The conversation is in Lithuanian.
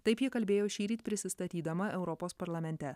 taip ji kalbėjo šįryt prisistatydama europos parlamente